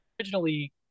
originally